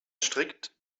strikt